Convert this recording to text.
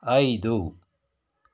ಐದು